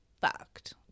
fucked